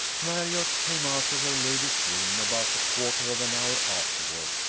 marriott came out of her lady's room about a quarter of an hour afterward,